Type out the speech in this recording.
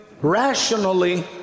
rationally